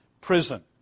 prison